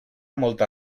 molta